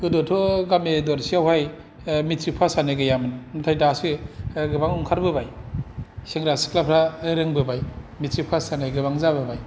गोदोथ' गामि दरसे आवहाय मेट्रिक पासानो गैयामोन ओमफ्राय दासो गोबां ओंखारबोबाय सेंग्रा सिख्लाफ्रा रोंबोबाय मेट्रिक पास जानाय गोबां जाबोबाय